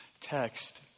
text